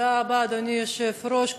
תודה רבה, אדוני היושב-ראש.